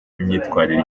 n’imyitwarire